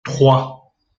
trois